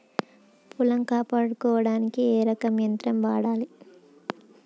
పొలం కొయ్యడానికి ఏ రకం యంత్రం వాడాలి?